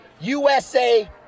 USA